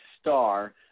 star